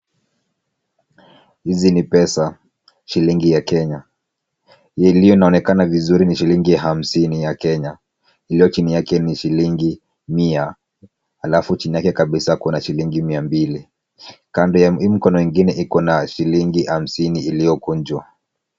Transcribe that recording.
Hizi ni pesa shilingi ya Kenya. Iliyoonekana vizuri ni shilingi hamsini ya Kenya iliyo chini yake ni shilingi mia alafu chini yake kabisa kuna shilingi mia mbili. Hii mkono ingine iko na shilingi hamsini iliyokunjwa.